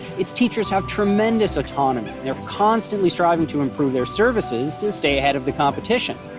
its teachers have tremendous autonomy and they're constantly striving to improve their services to stay ahead of the competition.